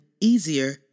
easier